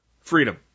freedom